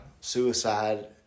Suicide